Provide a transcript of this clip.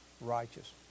righteous